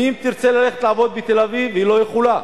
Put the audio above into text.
ואם תרצה ללכת לעבוד בתל-אביב, היא לא יכולה,